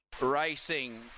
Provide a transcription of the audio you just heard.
racing